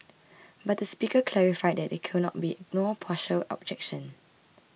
but the speaker clarified that there could not be no partial objection